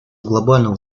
глобального